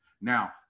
Now